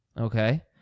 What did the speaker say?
Okay